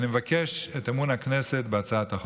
אבקש את אמון הכנסת בהצעת החוק.